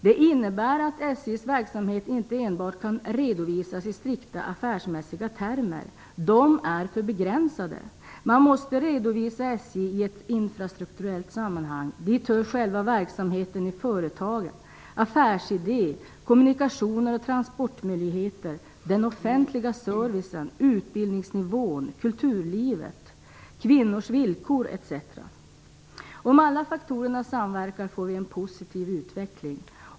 Det innebär att SJ:s verksamhet inte enbart kan redovisas i strikta affärsmässiga termer. De är för begränsade. Man måste redovisa SJ i ett infrastrukturellt sammanhang. Dit hör själva verksamheten i företaget, affärsidé, kommunikationer, transportmöjligheter, den offentliga servicen, utbildningsnivån, kulturlivet, kvinnors villkor etc. Om alla faktorer samverkar får vi en positiv utveckling.